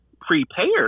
prepared